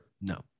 No